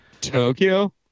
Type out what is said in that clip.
Tokyo